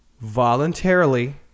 voluntarily